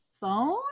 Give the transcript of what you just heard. Phone